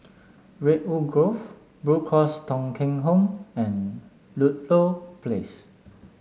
Redwood Grove Blue Cross Thong Kheng Home and Ludlow Place